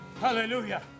Hallelujah